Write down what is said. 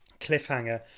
cliffhanger